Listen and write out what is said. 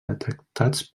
detectats